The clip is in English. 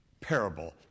parable